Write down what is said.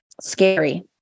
scary